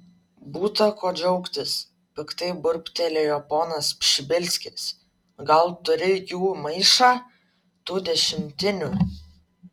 būta ko džiaugtis piktai burbtelėjo ponas pšibilskis gal turi jų maišą tų dešimtinių